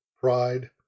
pride